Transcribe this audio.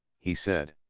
he said.